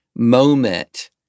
moment